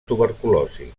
tuberculosi